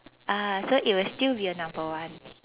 ah so it will still be a number one